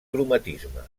cromatisme